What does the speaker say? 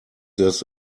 this